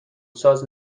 ساز